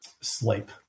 sleep